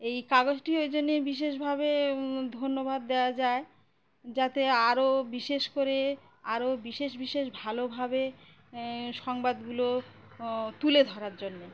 এই কাগজটি ওই জন্যে বিশেষভাবে ধন্যবাদ দেওয়া যায় যাতে আরও বিশেষ করে আরও বিশেষ বিশেষ ভালোভাবে সংবাদগুলো তুলে ধরার জন্যে